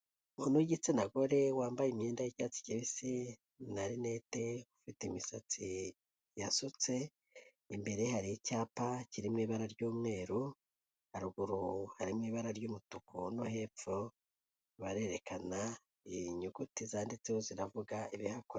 Umuntu w'igitsina gore wambaye imyenda y'icyatsi kibisi na renete ufite imisatsi yasutse. Imbere hari icyapa kirimo ibara ry'umweru haruguru harimo ibara ry'umutuku no hepfo, barerekana inyuguti zanditseho ziravuga ibihakorerwa.